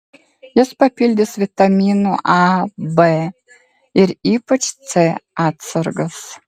jis papildys vitaminų a b ir ypač c atsargas